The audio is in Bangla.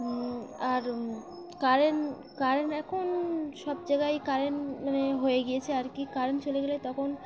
আর কারেন্ট কারেন্ট এখন সব জায়গায় কারেন্ট মানে হয়ে গিয়েছে আর কি কারেন্ট চলে গেলে তখন